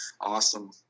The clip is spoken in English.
awesome